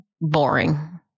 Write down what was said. boring